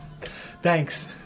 Thanks